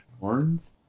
horns